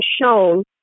shown